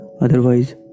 otherwise